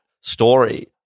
story